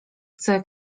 chce